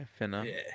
finna